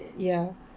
ya